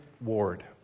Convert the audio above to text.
Ward